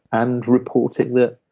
and reporting that,